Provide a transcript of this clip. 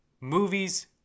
movies